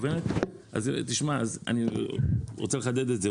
אני רוצה לחדד את זה,